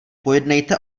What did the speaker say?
pojednejte